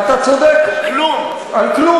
נסגר על כלום.